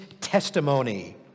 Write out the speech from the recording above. testimony